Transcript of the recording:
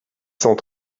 cent